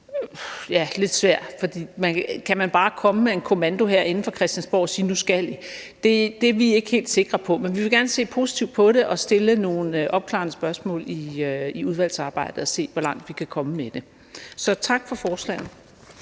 er lidt svært. For kan man bare komme med en kommando herinde fra Christiansborg og sige: Nu skal I? Det er vi ikke helt sikre på, men vi vil gerne se positivt på det og stille nogle opklarende spørgsmål i udvalgsarbejdet og se, hvor langt vi kan komme med det. Så tak for forslaget.